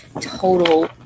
total